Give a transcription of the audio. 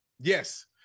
Yes